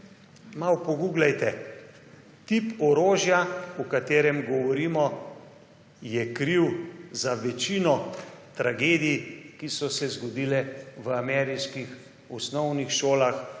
Malo poguglajte. Ti orožja, o katerem govorimo, je kriv za večino tragedij, ki so se zgodile v ameriških osnovnih šolah,